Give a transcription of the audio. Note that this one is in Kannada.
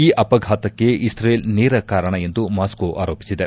ಈ ಅಪಘಾತಕ್ಕೆ ಇಶ್ರೇಲ್ ನೇರ ಕಾರಣ ಎಂದು ಮಾಸ್ತೋ ಆರೋಪಿಸಿದೆ